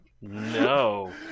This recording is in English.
No